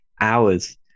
hours